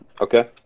okay